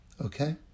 Okay